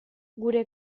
gure